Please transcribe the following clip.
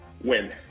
Win